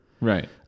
Right